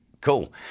Cool